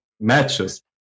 Matches